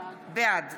בעד